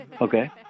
Okay